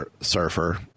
Surfer